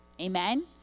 Amen